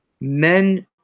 men